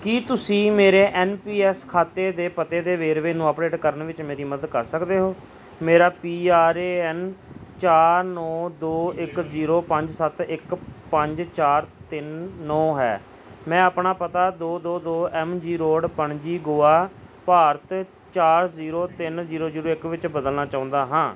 ਕੀ ਤੁਸੀਂ ਮੇਰੇ N P S ਖਾਤੇ ਦੇ ਪਤੇ ਦੇ ਵੇਰਵੇ ਨੂੰ ਅੱਪਡੇਟ ਕਰਨ ਵਿੱਚ ਮੇਰੀ ਮਦਦ ਕਰ ਸਕਦੇ ਹੋ ਮੇਰਾ ਪੀ ਆਰ ਏ ਐੱਨ ਚਾਰ ਨੌਂ ਦੋ ਇੱਕ ਜ਼ੀਰੋ ਪੰਜ ਸੱਤ ਇੱਕ ਪੰਜ ਚਾਰ ਤਿੰਨ ਨੌਂ ਹੈ ਮੈਂ ਆਪਣਾ ਪਤਾ ਦੋ ਦੋ ਦੋ M G road Panaji Goa Bharat ਚਾਰ ਜ਼ੀਰੋ ਤਿੰਨ ਜੀਰੋ ਜੀਰੋ ਇੱਕ ਵਿੱਚ ਬਦਲਣਾ ਚਾਹੁੰਦਾ ਹਾਂ